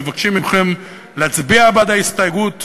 מבקשים מכם להצביע בעד ההסתייגות שלנו,